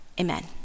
amen